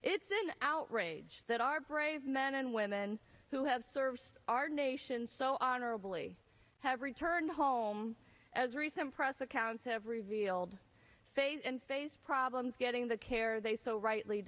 it's an outrage that our brave men and women who have served our nation's so honorably have returned home as recent press accounts have revealed face and face problems getting the care they so rightly